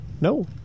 No